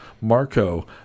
Marco